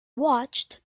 watched